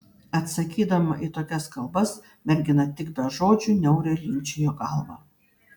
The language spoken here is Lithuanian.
atsakydama į tokias kalbas mergina tik be žodžių niauriai linkčiojo galvą